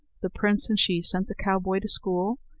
the prince and she sent the cowboy to school,